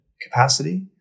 capacity